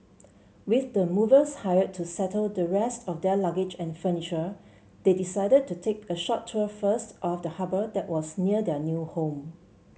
with the movers hired to settle the rest of their luggage and furniture they decided to take a short tour first of the harbour that was near their new home